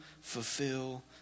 fulfill